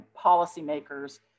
policymakers